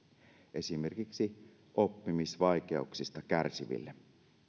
esimerkiksi oppimisvaikeuksista kärsiville